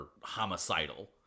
homicidal